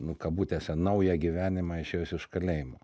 nu kabutėse naują gyvenimą išėjus iš kalėjimo